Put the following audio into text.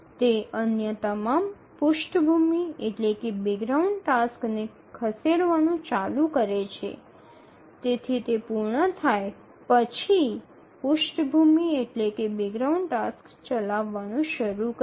તે અન્ય તમામ પૃષ્ઠભૂમિ ટાસક્સને ખસેડવાનું ચાલુ કરે છે જેથી તે પૂર્ણ થાય પછી પૃષ્ઠભૂમિ ટાસક્સ ચલાવવાનું શરૂ કરે